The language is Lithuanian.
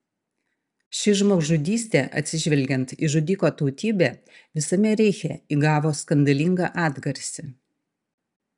ši žmogžudystė atsižvelgiant į žudiko tautybę visame reiche įgavo skandalingą atgarsį